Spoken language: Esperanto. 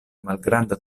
malgranda